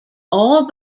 all